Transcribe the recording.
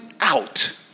out